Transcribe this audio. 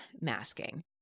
masking